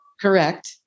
Correct